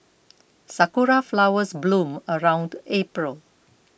sakura flowers bloom around April